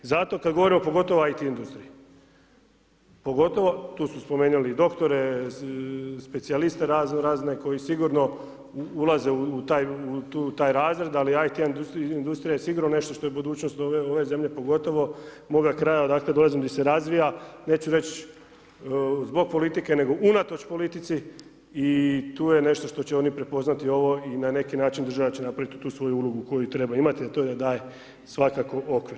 Zato kad govorimo, pogotovo o IT industriji, pogotovo, tu smo spomenuli i doktore, specijaliste razno razne koji sigurno ulaze u taj razred, ali IT industrija je sigurno nešto što je budućnost ove zemlje, pogotovo moga kraja odakle dolazim, di se razvija, neću reć' zbog politike nego unatoč politici, i tu je nešto što će oni prepoznati ovo i na neki način država će napraviti tu svoju ulogu koju treba imati, a to je da daje svakako okvir.